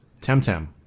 Temtem